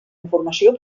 informació